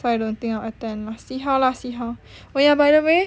so I don't think I'll attend lah see how lah see how oh ya by the way